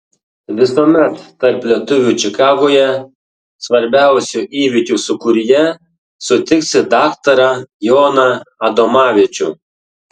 visuomet tarp lietuvių čikagoje svarbiausių įvykių sūkuryje sutiksi daktarą joną adomavičių